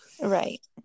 Right